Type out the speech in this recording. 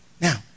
Now